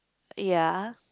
ya